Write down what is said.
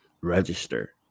register